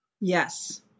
yes